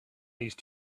these